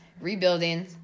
rebuilding